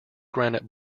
granite